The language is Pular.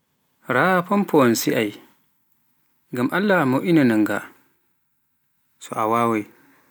Raa famfowa am e si'ai, gam Allah mo'inan ga, so a wawai